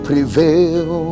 Prevail